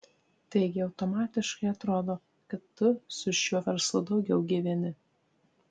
taigi automatiškai atrodo kad tu su šiuo verslu daugiau gyveni